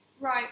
Right